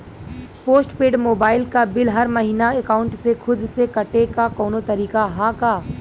Post paid mobile क bill हर महिना एकाउंट से खुद से कटे क कौनो तरीका ह का?